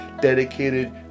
dedicated